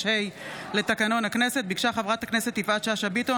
96(ה) לתקנון הכנסת ביקשה חברת הכנסת יפעת שאשא ביטון